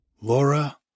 Laura